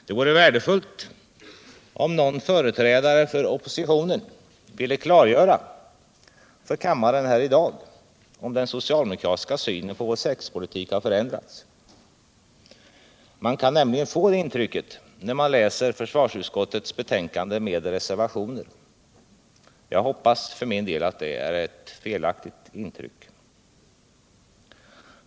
Det vore värdefullt om någon företrädare för oppositionen ville kla:göra för kammaren här i dag om den socialdemokratiska synen på vår säkerhetspolitik har förändrats. Man kan nämligen få det intrycket när man läser försvarsutskottets betänkande med reservationer. Jag hoppas att det är ett felaktigt intryck.